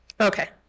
Okay